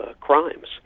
Crimes